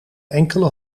enkele